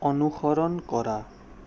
অনুসৰণ কৰা